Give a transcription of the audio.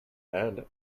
and